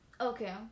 okay